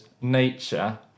nature